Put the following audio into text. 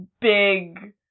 Big